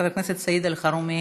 חבר הכנסת סעיד אלחרומי,